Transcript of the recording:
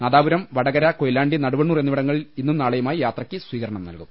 നാദാപുരം വടകര കൊയിലാണ്ടി നടുവണ്ണൂർ എന്നി വിടങ്ങളിൽ ഇന്നും നാളെയുമായി യാത്രയ്ക്ക് സ്വീകരണം നൽകും